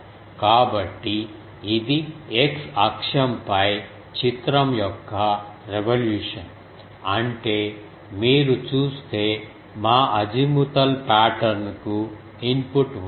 కాబట్టి ఇది x అక్షం పై చిత్రం యొక్క రెవల్యూషన్ అంటే మీరు చూస్తే మా అజీముతల్ పాటర్న్ కు ఇన్పుట్ ఉంది